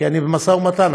כי אני במשא ומתן,